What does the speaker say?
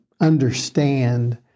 understand